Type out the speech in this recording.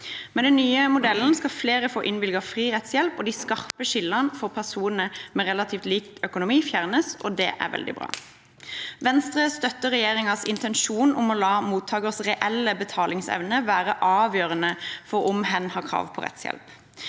Med den nye modellen skal flere få innvilget fri rettshjelp, og de skarpe skillene for personer med relativt lik økonomi fjernes. Det er veldig bra. Venstre støtter regjeringens intensjon om å la mottakers reelle betalingsevne være avgjørende for om hen har krav på rettshjelp.